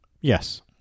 Yes